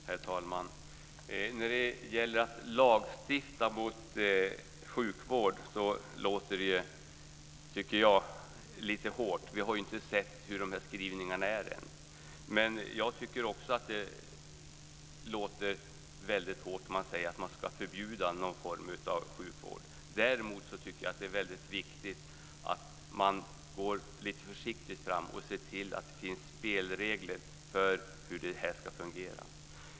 Herr talman! Att lagstifta mot sjukvård låter, tycker jag, lite hårt. Vi har ännu inte sett hur skrivningarna är. Men jag tycker också att det låter väldigt hårt när man säger att man ska förbjuda någon form av sjukvård. Däremot tycker jag att det är väldigt viktigt att man går lite försiktigt fram och ser till att det finns spelregler för hur det här ska fungera.